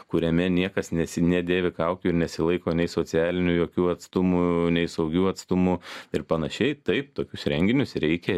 kuriame niekas nesi nedėvi kaukių nesilaiko nei socialinių jokių atstumų nei saugiu atstumu ir panašiai taip tokius renginius reikia